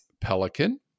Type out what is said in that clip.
Pelican